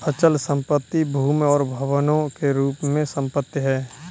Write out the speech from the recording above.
अचल संपत्ति भूमि और भवनों के रूप में संपत्ति है